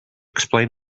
explain